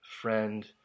friend